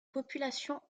population